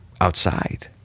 outside